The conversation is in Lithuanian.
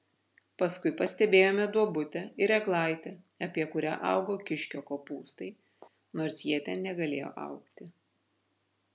paskui pastebėjome duobutę ir eglaitę apie kurią augo kiškio kopūstai nors jie ten negalėjo augti